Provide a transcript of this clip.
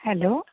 hello